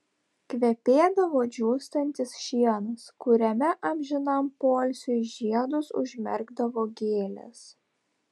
kvepėdavo džiūstantis šienas kuriame amžinam poilsiui žiedus užmerkdavo gėlės